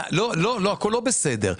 לא, הכול לא בסדר.